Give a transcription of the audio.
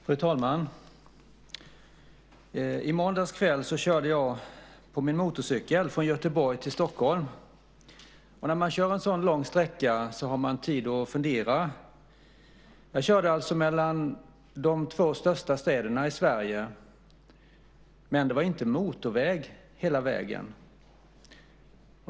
Fru talman! I måndags kväll körde jag på min motorcykel från Göteborg till Stockholm. När man kör en så lång sträcka har man tid att fundera. Jag körde alltså mellan de två största städerna i Sverige. Men det var inte motorväg hela tiden.